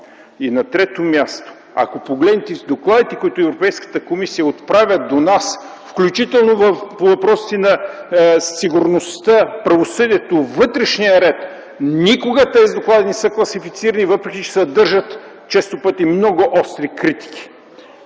На трето място, ако погледнете докладите, които Европейската комисия отправя до нас, включително по въпросите на сигурността, правосъдието, вътрешния ред, никога тези доклади не са класифицирани, въпреки че често пъти съдържат много остри критики!